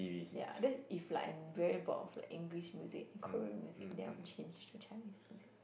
ya that's if like I'm very bored of like English music and Korean music then I'll change to Chinese music